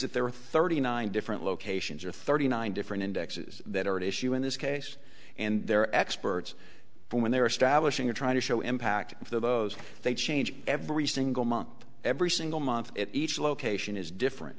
that there are thirty nine different locations or thirty nine different indexes that are at issue in this case and they're experts when they are stablish into trying to show impact of those they change every single month every single month at each location is different